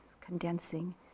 condensing